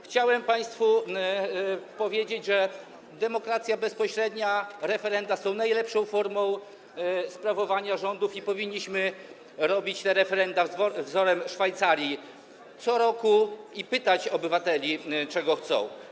Chciałem państwu powiedzieć, że demokracja bezpośrednia, referenda są najlepszą formą sprawowania rządów i powinniśmy robić te referenda wzorem Szwajcarii co roku i pytać obywateli, czego chcą.